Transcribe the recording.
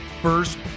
first